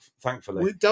thankfully